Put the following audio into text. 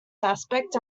aspect